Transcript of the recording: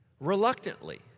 Reluctantly